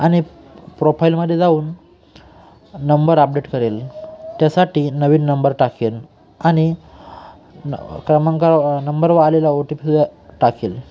आणि प्रोफाईलमध्ये जाऊन नंबर अपडेट करेल त्यासाठी नवीन नंबर टाकेल आणि न क्रमांका नंबरवर आलेला ओ टी पीसुद्धा टाकेल